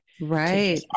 right